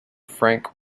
frank